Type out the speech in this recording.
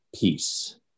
peace